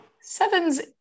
Sevens